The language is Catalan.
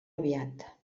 aviat